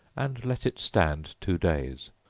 and let it stand two days,